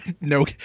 No